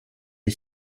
est